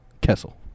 Kessel